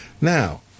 Now